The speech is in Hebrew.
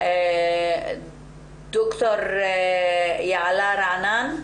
מד"ר יעלה רענן.